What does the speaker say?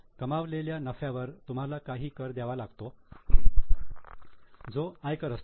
कमावलेल्या नफ्यावर तुम्हाला काही कर द्यावा लागतो जो आयकर असतो